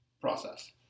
process